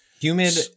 Humid